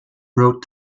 brought